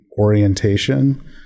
orientation